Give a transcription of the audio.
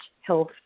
health